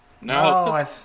no